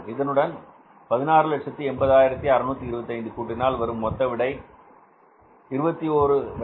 இதனுடன் 1680625 கூட்டினால் வரும் மொத்த விடை 2130625